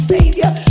Savior